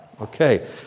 Okay